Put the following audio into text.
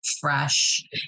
fresh